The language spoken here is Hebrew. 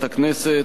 ועדת החוקה,